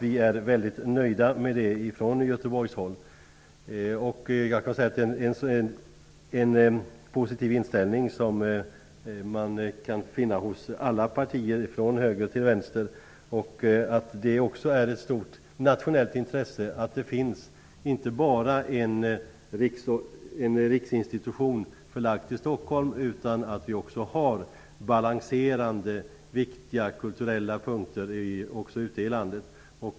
Vi från Göteborgsregionen är alltså mycket nöjda. Det finns en positiv inställning hos alla partier, från höger till vänster. Vidare är det ett stort nationellt intresse att det finns en riksinstitution förlagd till Stockholm men också att vi har balanserande viktiga kulturella punkter ute i landet.